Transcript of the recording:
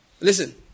listen